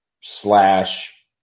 slash